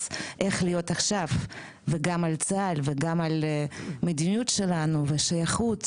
אז איך להיות עכשיו וגם על צה"ל וגם על מדיניות שלנו ושייכות